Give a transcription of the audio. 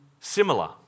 similar